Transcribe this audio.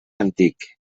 antic